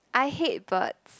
I hate birds